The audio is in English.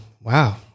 wow